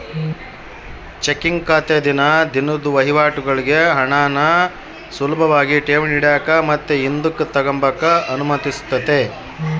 checking ಖಾತೆ ದಿನ ದಿನುದ್ ವಹಿವಾಟುಗುಳ್ಗೆ ಹಣಾನ ಸುಲುಭಾಗಿ ಠೇವಣಿ ಇಡಾಕ ಮತ್ತೆ ಹಿಂದುಕ್ ತಗಂಬಕ ಅನುಮತಿಸ್ತತೆ